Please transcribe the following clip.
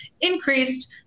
increased